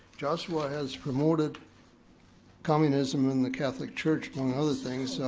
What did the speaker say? joshua has promoted communism in the catholic church, among other things,